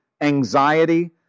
anxiety